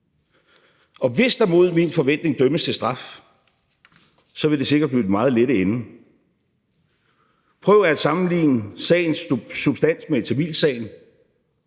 Og hvis der mod min forventning dømmes til straf, vil det sikkert blive i den meget lette ende. Prøv at sammenligne sagens substans med tamilsagen: